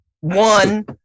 One